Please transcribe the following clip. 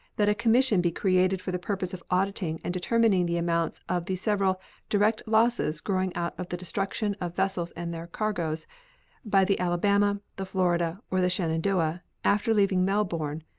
that a commission be created for the purpose of auditing and determining the amounts of the several direct losses growing out of the destruction of vessels and their cargoes by the alabama, the florida, or the shenandoah after leaving melbourne,